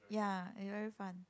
ya is very fun